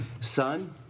Son